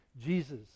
Jesus